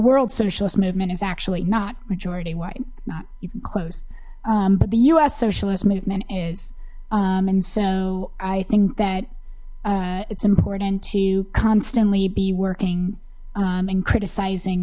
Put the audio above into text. world socialist movement is actually not majority white not even close but the u s socialist movement is and so i think that it's important to constantly be working and criticizing